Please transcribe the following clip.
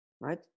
right